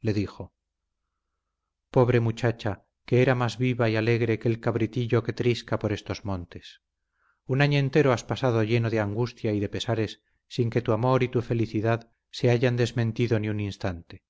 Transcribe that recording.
le dijo pobre muchacha que era más viva y alegre que el cabritillo que trisca por estos montes un año entero has pasado lleno de angustia y de pesares sin que tu amor y tu fidelidad se hayan desmentido ni un instante